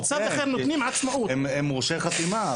מצד אחד, נותנים עצמאות --- הם מורשי חתימה.